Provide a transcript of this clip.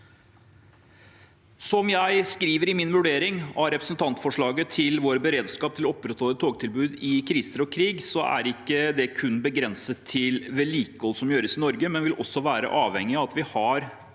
Som jeg skriver i min vurdering av representantforslaget, vil vår beredskap til å opprettholde et togtilbud i krise og krig ikke kun være begrenset til vedlikehold som gjøres i Norge, men vil også være avhengig av at vi har